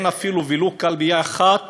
הוא שאין ולו כלבייה אחת